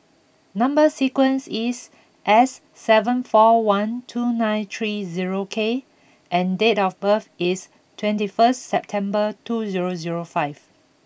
number sequence is S seven four one two nine three zero K and date of birth is twenty first September two zero zero five